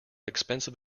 expensive